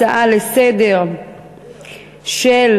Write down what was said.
הצעה לסדר-היום מס' 323,